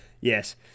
yes